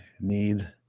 need